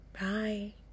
bye